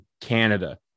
Canada